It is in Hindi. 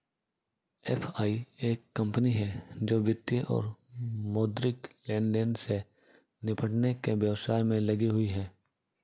एफ.आई एक कंपनी है जो वित्तीय और मौद्रिक लेनदेन से निपटने के व्यवसाय में लगी हुई है